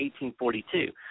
1842